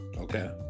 Okay